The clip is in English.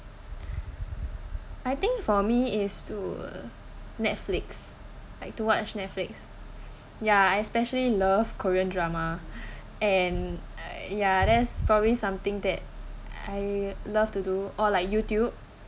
I think for me is to uh netflix like to watch netflix ya I especially love korean drama and ya that's probably something that I love to do or like youtube